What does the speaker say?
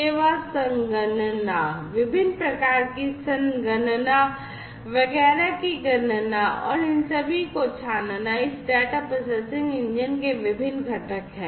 सेवा संगणना विभिन्न प्रकार की संगणना वगैरह की गणना और इन सभी को छानना इस डाटा प्रोसेसिंग इंजन के विभिन्न घटक हैं